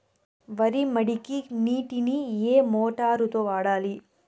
వరి మడికి నీటిని ఏ మోటారు తో వాడాలి?